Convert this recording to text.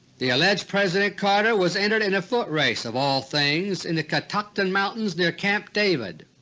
the alleged president carter was entered in a foot race, of all things, in the catoctin mountains near camp david.